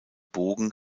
bogen